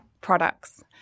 products